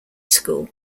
school